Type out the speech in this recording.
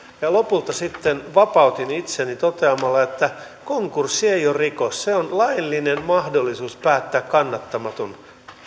lopulta sitten vapautin itseni toteamalla että konkurssi ei ole rikos se on laillinen mahdollisuus päättää kannattamaton